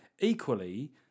equally